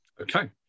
Okay